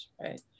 Right